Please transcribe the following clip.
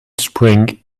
spring